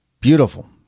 beautiful